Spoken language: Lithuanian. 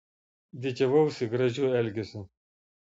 didžiavausi gražiu elgesiu